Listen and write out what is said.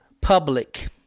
public